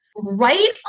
Right